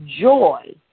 joy